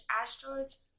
asteroids